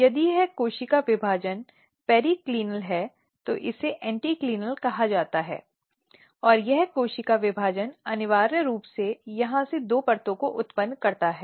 यदि यह कोशिका विभाजन पेरिकेलिनल है तो इसे एंटीकाइनल कहा जाता है और यह कोशिका विभाजन अनिवार्य रूप से यहाँ से दो परतों को उत्पन्न करता है